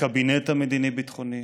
הקבינט המדיני-ביטחוני,